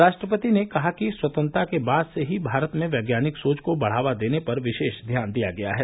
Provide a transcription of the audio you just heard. राष्ट्रपति ने कहा कि स्वतंत्रता के बाद से ही भारत में वैज्ञानिक सोच को बढ़ावा देने पर विशेष ध्यान दिया गया है